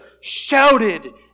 shouted